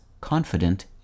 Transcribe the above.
confident